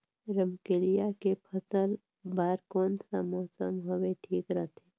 रमकेलिया के फसल बार कोन सा मौसम हवे ठीक रथे?